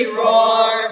roar